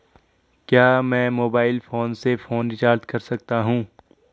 क्या मैं mobile phone से फोन रिचार्ज कर सकता हूं?